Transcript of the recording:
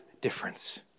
difference